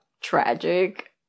tragic